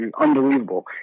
unbelievable